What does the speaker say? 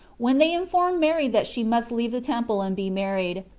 when they informed mary that she must leave the temple and be married,